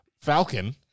Falcon